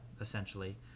essentially